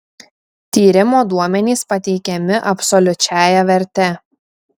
tyrimo duomenys pateikiami absoliučiąja verte